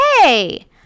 hey